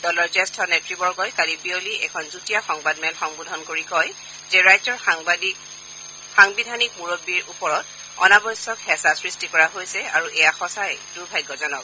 দলৰ জ্যেষ্ঠ নেত্বৰ্গই কালি বিয়লি এখন যুটীয়া সংবাদমেল সম্বোধন কৰি কয় যে ৰাজ্যৰ সাংবিধানিক মুৰববীৰ ওপৰত অনাৱশ্যক হেঁচা সৃষ্টি কৰা হৈছে আৰু এয়া সঁচাকৈ দুৰ্ভাগ্যজনক